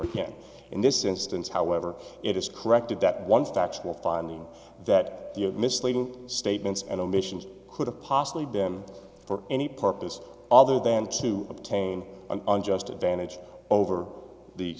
again in this instance however it is corrected that one factual finding that the misleading statements and omissions could have possibly been for any purpose other than to obtain an unjust advantage over the